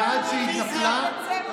אולי זה הסיפור הגדול,